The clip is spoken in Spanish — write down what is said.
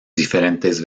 diferentes